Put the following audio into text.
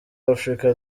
africa